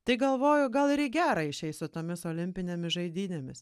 tai galvoju gal ir į gera išeis su tomis olimpinėmis žaidynėmis